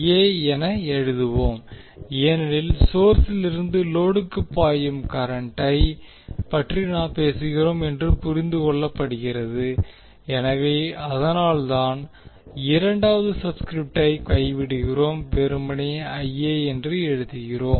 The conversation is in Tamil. ஏ என்று எழுதுவோம் ஏனென்றால் சோர்ஸிலிருந்து லோடுக்கு பாயும் கரண்ட்டைப் பற்றி நாம் பேசுகிறோம் என்று புரிந்து கொள்ளப்படுகிறது எனவே அதனால்தான் இரண்டாவது சப்ஸ்கிரிப்ட் ஐ கைவிடுகிறோம் வெறுமனே என எழுதுகிறோம்